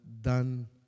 done